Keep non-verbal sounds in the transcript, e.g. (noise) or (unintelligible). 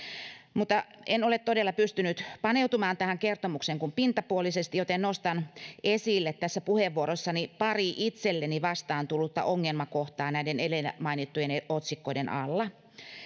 (unintelligible) en ole todella pystynyt paneutumaan tähän kertomukseen kuin pintapuolisesti joten nostan esille tässä puheenvuorossani pari itselleni vastaan tullutta ongelmakohtaa näiden edellä mainittujen otsikoiden alla